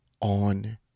on